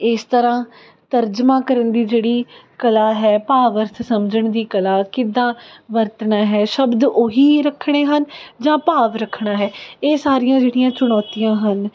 ਇਸ ਤਰ੍ਹਾਂ ਤਰਜਮਾ ਕਰਨ ਦੀ ਜਿਹੜੀ ਕਲਾ ਹੈ ਭਾਵ ਅਰਥ ਸਮਝਣ ਦੀ ਕਲਾ ਕਿੱਦਾਂ ਵਰਤਣਾ ਹੈ ਸ਼ਬਦ ਉਹੀ ਰੱਖਣੇ ਹਨ ਜਾਂ ਭਾਵ ਰੱਖਣਾ ਹੈ ਇਹ ਸਾਰੀਆਂ ਜਿਹੜੀਆਂ ਚੁਣੌਤੀਆਂ ਹਨ